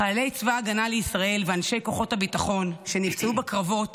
חיילי צבא הגנה לישראל ואנשי כוחות הביטחון שנפצעו בקרבות